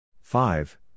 five